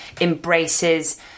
embraces